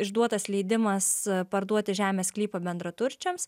išduotas leidimas parduoti žemės sklypą bendraturčiams